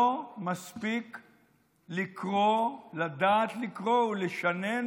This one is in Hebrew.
לא מספיק לקרוא, לדעת לקרוא ולשנן